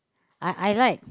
I I like